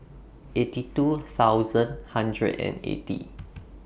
eighty two thousand hundred and eighty